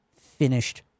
finished